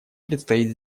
предстоит